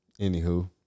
anywho